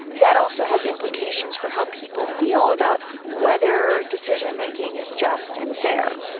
that also has implications for how people feel about whether decision making is just and fair.